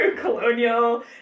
colonial